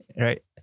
right